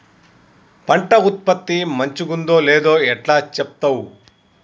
పంట ఉత్పత్తి మంచిగుందో లేదో ఎట్లా చెప్తవ్?